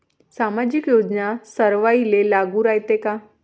सामाजिक योजना सर्वाईले लागू रायते काय?